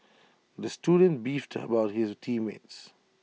the student beefed about his team mates